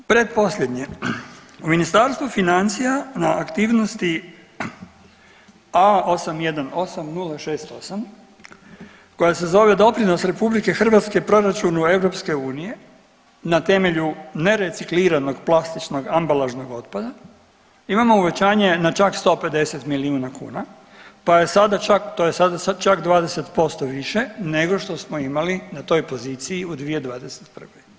Pretposljednje, u Ministarstvu financija na aktivnosti A818068 koja se zove Doprinos RH proračunu EU na temelju nerecikliranog plastičnog ambalažnog otpada imamo uvećanje na čak 150 milijuna kuna, pa je sada čak, to je sada čak 20% više nego što smo imali na toj poziciji u 2021.